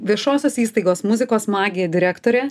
viešosios įstaigos muzikos magija direktorė